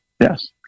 Yes